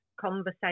conversation